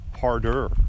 harder